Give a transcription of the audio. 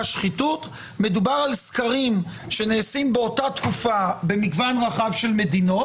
מדובר בסקרים שנעשים באותה התקופה במגוון רחב של מדינות.